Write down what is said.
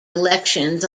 elections